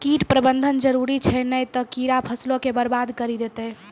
कीट प्रबंधन जरुरी छै नै त कीड़ा फसलो के बरबाद करि देतै